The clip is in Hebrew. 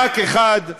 ח"כ אחד,